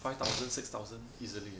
five thousand six thousand easily eh